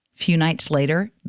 few nights later,